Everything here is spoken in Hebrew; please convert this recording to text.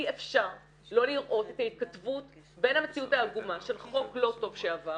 אי אפשר לא לראות את ההתכתבות בין המציאות העגומה של חוק לא טוב שעבר